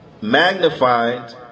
magnified